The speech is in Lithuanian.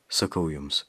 sakau jums